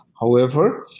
however,